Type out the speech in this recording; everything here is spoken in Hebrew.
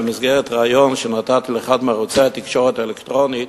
במסגרת ריאיון שנתתי לאחד מערוצי התקשורת האלקטרונית,